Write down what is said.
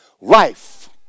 Life